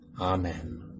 Amen